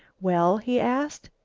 well? he asked.